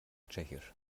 tschechisch